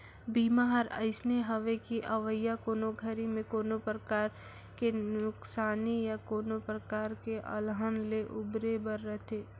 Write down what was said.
बीमा हर अइसने हवे कि अवइया कोनो घरी मे कोनो परकार के नुकसानी या कोनो परकार के अलहन ले उबरे बर रथे